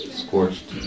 scorched